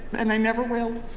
and i never will.